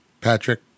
Patrick